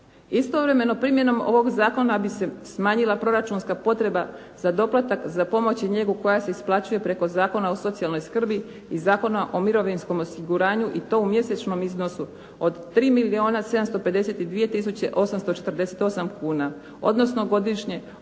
Istovremeno primjenom ovog zakona bi se smanjila proračunska potreba za doplatak za pomoć i njegu koja se isplaćuje preko Zakona o socijalnoj skrbi i Zakona o mirovinskom osiguranju i to u mjesečnom iznosu od 3 milijuna 752 tisuće 848 kuna odnosno godišnje